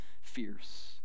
fierce